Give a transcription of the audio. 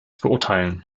beurteilen